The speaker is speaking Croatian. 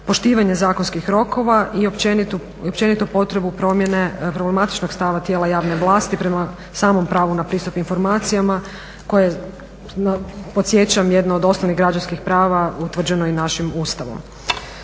poštivanje zakonskih rokova i općenito potrebu promjene problematičnog stava tijela javne vlasti prema samom pravu na pristup informacijama koje je podsjećam jedno od osnovnih građanskih prava utvrđeno i našim Ustavom.